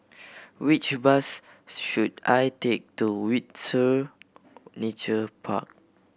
which bus should I take to Windsor Nature Park